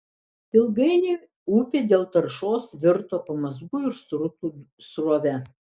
ilgainiui upė dėl taršos virto pamazgų ir srutų srove